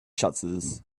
shutters